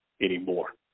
anymore